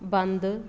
ਬੰਦ